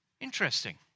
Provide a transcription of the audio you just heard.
Interesting